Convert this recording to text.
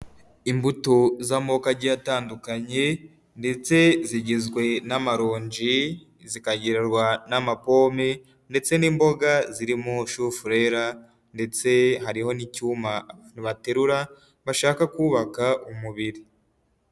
Imbuto z'amoko agiye atandukanye ndetse zigizwe n'amaronji, zikagirwa n'amapome ndetse n'imboga zirimo shufurera ndetse hariho n'icyuma baterura bashaka kubaka umubiri.